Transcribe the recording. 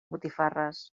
botifarres